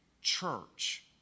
church